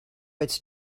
its